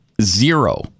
zero